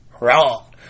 Wrong